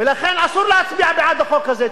ולכן אסור להצביע בעד החוק הזה.